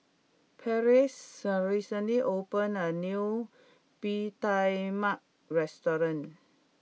Pleas recently opened a new Bee Tai Mak restaurant